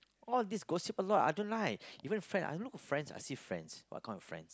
all these gossip a lot I don't like even friend I look friends I see friends what kind of friends